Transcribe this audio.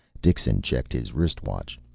dixon checked his wristwatch.